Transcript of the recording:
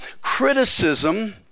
criticism